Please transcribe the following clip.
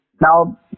Now